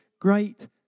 great